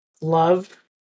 love